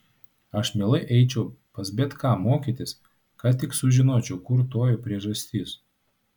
aš mielai eičiau pas bet ką mokytis kad tik sužinočiau kur toji priežastis